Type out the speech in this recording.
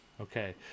Okay